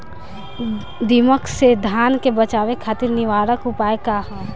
दिमक से धान के बचावे खातिर निवारक उपाय का ह?